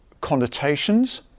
connotations